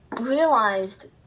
realized